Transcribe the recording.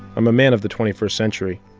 i'm a man of the twenty first century,